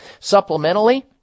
Supplementally